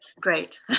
great